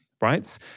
right